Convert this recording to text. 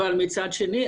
אבל מצד שני,